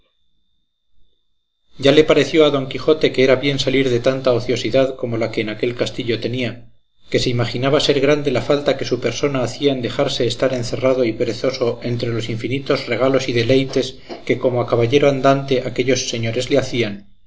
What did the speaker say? ya le pareció a don quijote que era bien salir de tanta ociosidad como la que en aquel castillo tenía que se imaginaba ser grande la falta que su persona hacía en dejarse estar encerrado y perezoso entre los infinitos regalos y deleites que como a caballero andante aquellos señores le hacían